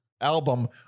album